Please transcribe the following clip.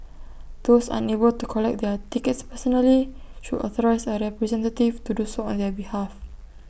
those unable to collect their tickets personally should authorise A representative to do so on their behalf